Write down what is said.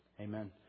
Amen